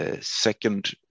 second